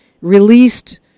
released